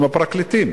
עם הפרקליטים.